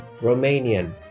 Romanian